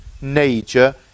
nature